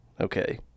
okay